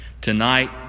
tonight